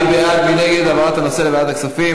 מי בעד ומי נגד העברת הנושא לוועדת הכספים?